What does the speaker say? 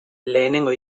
lehenengo